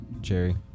Jerry